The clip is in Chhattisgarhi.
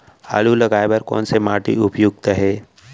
आलू लगाय बर कोन से माटी उपयुक्त हे?